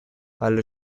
alle